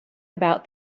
about